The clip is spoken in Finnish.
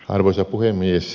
arvoisa puhemies